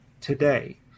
today